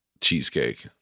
cheesecake